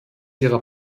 ihrer